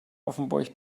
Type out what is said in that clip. offenburg